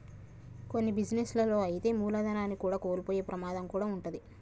కొన్ని బిజినెస్ లలో అయితే మూలధనాన్ని కూడా కోల్పోయే ప్రమాదం కూడా వుంటది